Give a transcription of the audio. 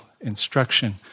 instruction